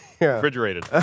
Refrigerated